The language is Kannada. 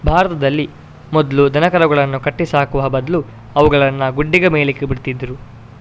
ಭಾರತದಲ್ಲಿ ಮೊದ್ಲು ದನಕರುಗಳನ್ನ ಕಟ್ಟಿ ಸಾಕುವ ಬದ್ಲು ಅವುಗಳನ್ನ ಗುಡ್ಡೆಗೆ ಮೇಯ್ಲಿಕ್ಕೆ ಬಿಡ್ತಿದ್ರು